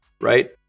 right